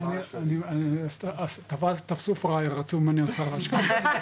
אז תפסו פראייר, רצו ממני עשרה שקלים.